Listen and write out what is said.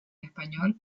español